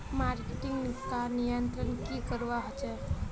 Marketing का नियंत्रण की करवा होचे?